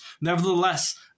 Nevertheless